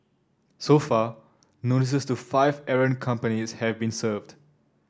so far notices to five errant companies have been served